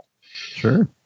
Sure